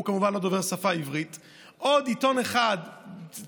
הוא כמובן לא דובר את השפה, עוד עיתון אחד צדדי.